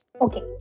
okay